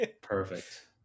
Perfect